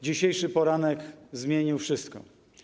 Dzisiejszy poranek zmienił wszystko.